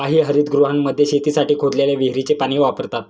काही हरितगृहांमध्ये शेतीसाठी खोदलेल्या विहिरीचे पाणी वापरतात